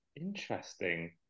Interesting